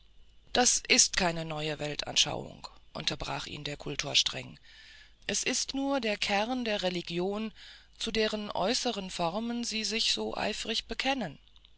das ist keine neue weltanschauung unterbrach ihn der kultor streng es ist nur der kern der religion zu deren äußeren formen sie sich so eifrig bekennen